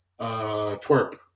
twerp